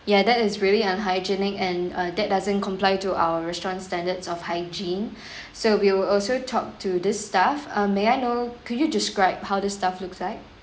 ya that is really unhygienic and uh that doesn't comply to our restaurant standards of hygiene so we'll also talk to this staff uh may I know could you describe how the staff looks like